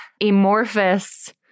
amorphous